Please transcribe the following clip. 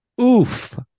Oof